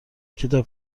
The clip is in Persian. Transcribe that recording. کتاب